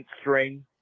string